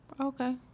okay